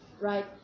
right